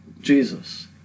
Jesus